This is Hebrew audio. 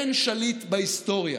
אין שליט בהיסטוריה